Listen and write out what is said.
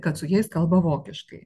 kad su jais kalba vokiškai